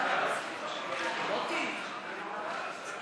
שינוי שמו של עבריין מין),